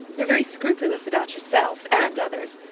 you're very scrupulous about yourself and others.